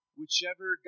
whichever